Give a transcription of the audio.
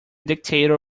dictator